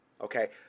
Okay